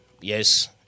yes